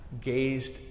gazed